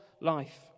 life